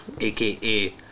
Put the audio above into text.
aka